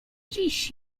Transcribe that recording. dziś